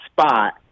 spot